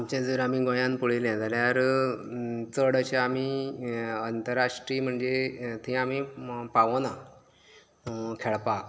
आमचे जर आमी गोयांत पळयलें जाल्यार चड अशें आमी आंतरराष्टीय म्हणजे थंय आमी पावना खेळपाक